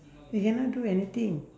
we cannot do anything